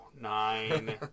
Nine